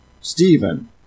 Stephen